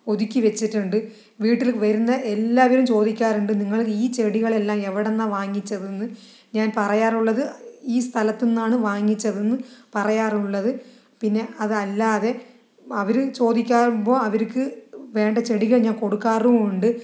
ഒതുക്കി വെച്ചിട്ടുണ്ട് വീട്ടിൽ വരുന്ന എല്ലാവരും ചോദിക്കാറുണ്ട് നിങ്ങള് ഈ ചെടികളെല്ലാം എവടെ നിന്നാണ് വാങ്ങിച്ചതെന്ന് ഞാൻ പറയാറുള്ളത് ഈ സ്ഥലത്ത് നിന്നാണ് വാങ്ങിച്ചതെന്ന് പറയാറുള്ളത് പിന്നെ അത് അല്ലാതെ അവര് ചോദിക്കുമ്പോൾ അവർക്ക് വേണ്ട ചെടികൾ ഞാൻ കൊടുക്കാറും ഉണ്ട്